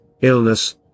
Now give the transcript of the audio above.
illness